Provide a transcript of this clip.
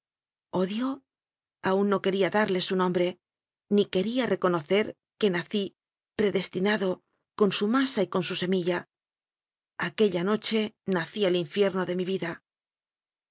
odio aun no quería odarle su nombre ni quería reconocer que onací predestinado con su masa y con su osemilla aquella noche nací al infierno de mi ovida